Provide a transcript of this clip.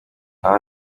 aho